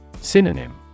Synonym